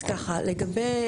לגבי